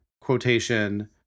quotation